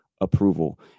approval